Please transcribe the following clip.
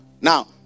Now